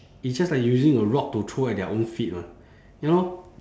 it's just like using a rock to throw at their own feet mah ya lor